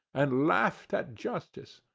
and laughed at justice!